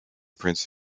prince